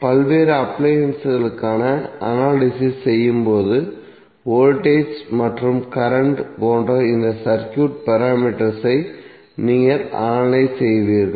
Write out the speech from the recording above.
பல்வேறு அப்லயன்ஸ்களுக்கான அனலிசிஸ் செய்யும் போது வோல்டேஜ் மற்றும் கரண்ட் போன்ற இந்த சர்க்யூட் பாராமீட்டர்ஸ் ஐ நீங்கள் அனலைஸ் செய்வீர்கள்